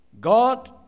God